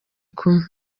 kumwe